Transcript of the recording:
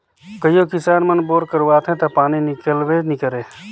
कइयो किसान मन बोर करवाथे ता पानी हिकलबे नी करे